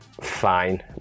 fine